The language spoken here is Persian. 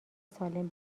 سالم